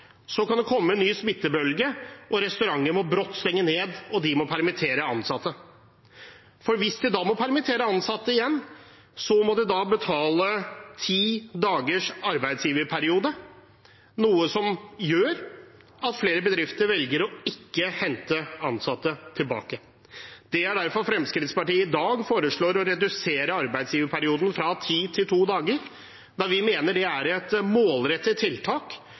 kan komme en ny smittebølge, og restauranten brått må stenge ned, og de må permittere ansatte? Hvis de da må permittere ansatte igjen, må de betale for ti dagers arbeidsgiverperiode, noe som gjør at flere bedrifter velger å ikke hente ansatte tilbake. Det er derfor Fremskrittspartiet i dag foreslår å redusere arbeidsgiverperioden fra ti til to dager, da vi mener det er et målrettet tiltak